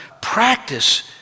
practice